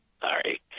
sorry